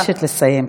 אני מבקשת לסיים.